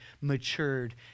matured